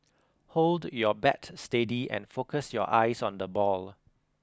hold your bat steady and focus your eyes on the ball